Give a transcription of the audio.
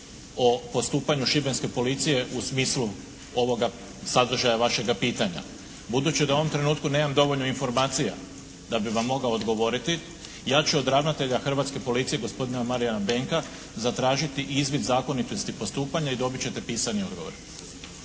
o postupanju šibenske policije u smislu ovoga sadržaja vašega pitanja. Budući da u ovom trenutku nemam dovoljno informacija da bi vam mogao odgovoriti ja ću od ravnatelja Hrvatske policije gospodina Marijana Benka zatražiti izvid zakonitosti postupanja i dobit ćete pisani odgovor.